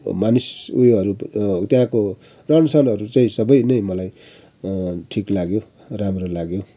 मानिस उयोहरू त्यहाँको रहन सहनहरू चाहिँ सबै नै मलाई ठिक लाग्यो राम्रो लाग्यो